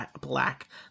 black